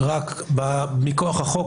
מכוח החוק,